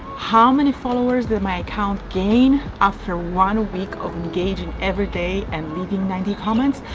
how many followers did my account gain after one week of engaging every day and leaving ninety comments?